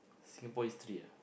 Singapore history ah